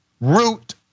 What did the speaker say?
root